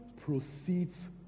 proceeds